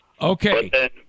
Okay